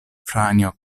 franjo